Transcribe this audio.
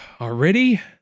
Already